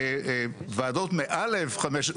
וועדות מעל 1,500,